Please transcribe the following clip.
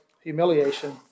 humiliation